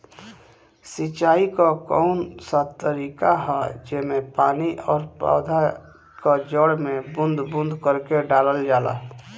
सिंचाई क कउन सा तरीका ह जेम्मे पानी और पौधा क जड़ में बूंद बूंद करके डालल जाला?